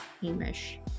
Hamish